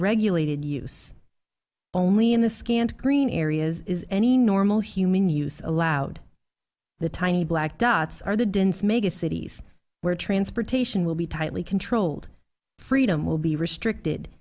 regulated use only in the scant green areas is any normal human use allowed the tiny black dots are the dense mega cities where transportation will be tightly controlled freedom will be restricted